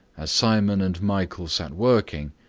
as simon and michael sat working,